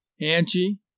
Angie